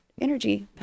energy